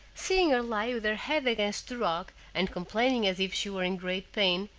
seeing her lie with her head against the rock, and complaining as if she were in great pain,